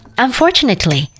Unfortunately